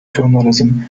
journalism